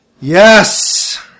Yes